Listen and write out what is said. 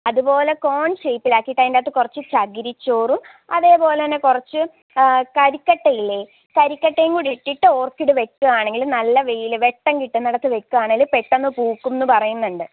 അതുപോലെ കോണ് ഷേപ്പിൽ ആക്കിയിട്ട് അതിൻ്റെ അകത്ത് കുറച്ച് ചകിരിച്ചോറും അതേപോലെത്തന്നെ കുറച്ച് കരിക്കട്ടയില്ലേ കരിക്കട്ടയും കൂടി ഇട്ടിട്ട് ഓര്ക്കിഡ് വെക്കുകയാണെങ്കിൽ നല്ല വെയിൽ വെട്ടം കിട്ടുന്ന ഇടത്ത് വെക്കുകയാണെങ്കിൽ പെട്ടെന്ന് പൂക്കും എന്ന് പറയുന്നുണ്ട്